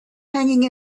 hanging